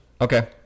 Okay